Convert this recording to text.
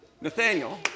Nathaniel